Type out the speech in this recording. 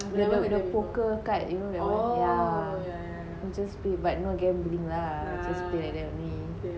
the the poker card you know that [one] yeah I'm just play but no gambling lah I just play like that only